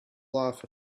laugh